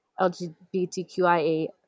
LGBTQIA